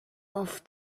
off